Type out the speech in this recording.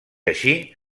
així